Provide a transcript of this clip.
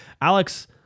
Alex